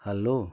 hello